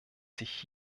sich